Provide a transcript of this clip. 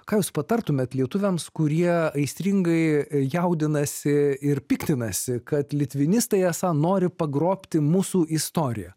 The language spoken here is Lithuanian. ką jūs patartumėt lietuviams kurie aistringai jaudinasi ir piktinasi kad litvinistai esą nori pagrobti mūsų istoriją